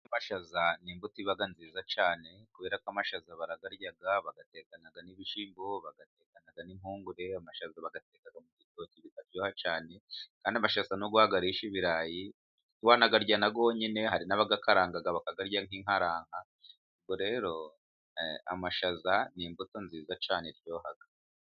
Amashaza ni imbuto iba nziza cyane kubera ko amashaza barayarya bayatekana, n'ibishimbo bayatekana n'impungure. Amashaza bayateka mu gitoki biraryoha cyane kandi amashaza niyo wayarisha ibirayi, wanayarya yonyine. Hari n'abayakaranga bakayarya nk'inkaranka. Rero amashaza n'imbuto nziza cyane iryoha.